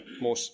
more